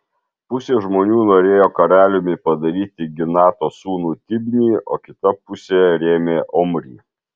pusė žmonių norėjo karaliumi padaryti ginato sūnų tibnį o kita pusė rėmė omrį